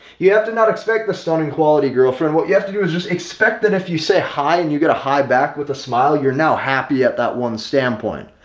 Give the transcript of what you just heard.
you have to not expect the stunning quality girlfriend what you have to do is just expect that if you say hi and you get a high back with a smile, you're now happy at that one standpoint,